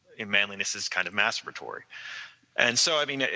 in manliness is kind of masturbatory and so, i mean,